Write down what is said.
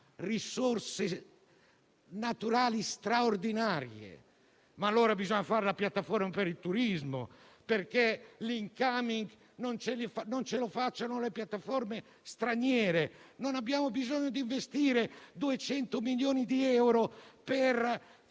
risorse naturali straordinarie. Ma allora bisogna pensare a una piattaforma per il turismo affinché l'*incoming* non lo facciano le piattaforme straniere. Non abbiamo bisogno di investire 200 milioni di euro per fare